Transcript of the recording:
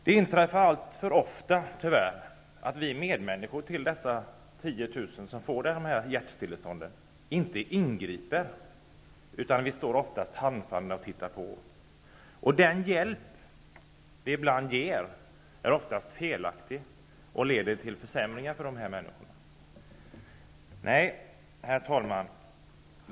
Det inträffar tyvärr alltför ofta att vi medmänniskor till de 10 000 som får dessa hjärtstillestånd inte ingriper, utan vi står handfallna och tittar på. Den hjälp vi ibland ger är oftast felaktig och leder till försämringar för dessa människor. Herr talman!